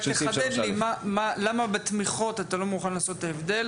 רק תחדד לי למה בתמיכות אתה לא מוכן לעשות את ההבדל,